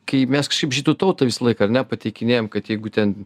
kai mes kažkaip žydų tautą visąlaik ar nepateikinėjam kad jeigu ten